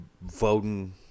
voting